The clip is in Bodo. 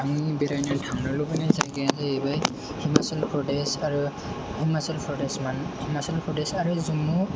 आं बेरायनो थांनो लुबैनाय जायगायानो जाहैबाय हिमाचल प्रदेश आरो हिमाचल प्रदेशमोन हिमाचल प्रदेश आरो जम्मु